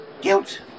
Guilt